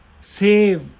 save